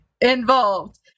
involved